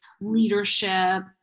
leadership